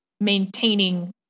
maintaining